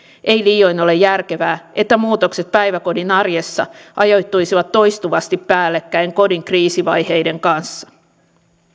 ei liioin ole järkevää että muutokset päiväkodin arjessa ajoittuisivat toistuvasti päällekkäin kodin kriisivaiheiden kanssa